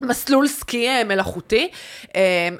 מסלול סקי מלאכותי.